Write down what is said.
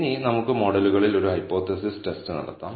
ഇനി നമുക്ക് മോഡലുകളിൽ ഒരു ഹൈപ്പോതെസിസ് ടെസ്റ്റ് നടത്താം